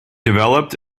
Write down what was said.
developed